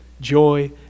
Joy